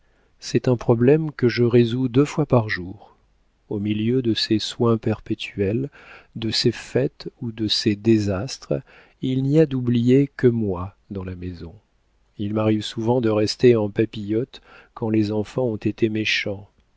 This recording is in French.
c'est un problème que je résous deux fois par jour au milieu de ces soins perpétuels de ces fêtes ou de ces désastres il n'y a d'oubliée que moi dans la maison il m'arrive souvent de rester en papillotes quand les enfants ont été méchants